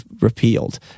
repealed